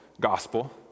gospel